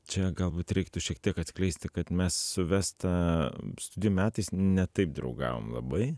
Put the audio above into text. čia galbūt reiktų šiek tiek atskleisti kad mes su vesta studijų metais ne taip draugavom labai